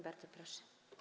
Bardzo proszę.